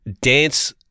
dance